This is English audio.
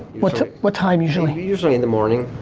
what what time usually? usually in the morning